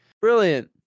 Brilliant